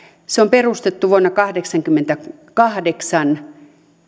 se on perustettu vuonna kahdeksankymmentäkahdeksan